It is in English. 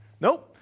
Nope